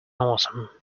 awesome